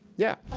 yeah?